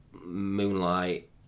Moonlight